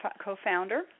co-founder